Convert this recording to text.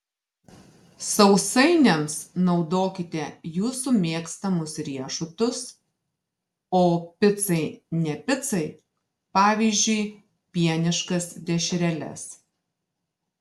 sausainiams naudokite jūsų mėgstamus riešutus o picai ne picai pavyzdžiui pieniškas dešreles